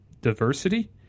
diversity